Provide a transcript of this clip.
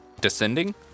descending